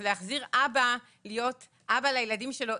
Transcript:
להחזיר אבא להיות אבא לילדים שלו,